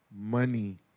money